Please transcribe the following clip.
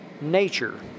nature